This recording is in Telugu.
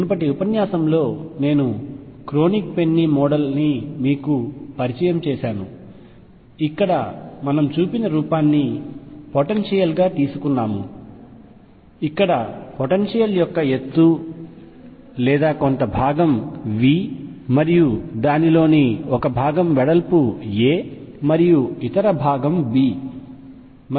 మునుపటి ఉపన్యాసంలో నేను క్రోనిగ్ పెన్నీ మోడల్ని మీకు పరిచయం చేశాను ఇక్కడ మనం చూపిన రూపాన్ని పొటెన్షియల్ గా తీసుకున్నాము ఇక్కడ పొటెన్షియల్ యొక్క ఎత్తు లేదా కొంత భాగం V మరియు దానిలోని ఒక భాగం వెడల్పు a మరియు ఇతర భాగం b